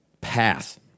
path